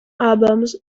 albums